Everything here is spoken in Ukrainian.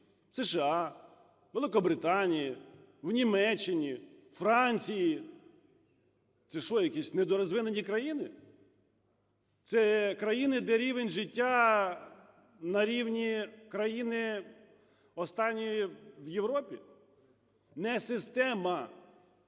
США, Великобританії, в Німеччині, у Франції. Це що, якісь недорозвинені країни? Це країни, де рівень життя на рівні країни, останньої в Європі? Не система